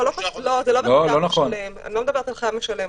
לא, אני לא מדברת על חייב משלם.